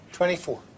Twenty-four